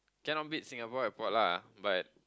cannot beat Singapore airport lah but